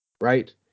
right